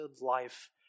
life